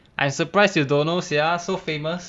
I surprise you don't know sia so famous